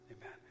Amen